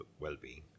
well-being